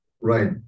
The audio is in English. right